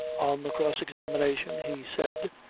on the cross-examination he said,